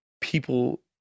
people